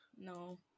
no